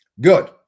Good